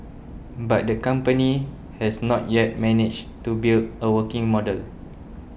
but the company has not yet managed to build a working model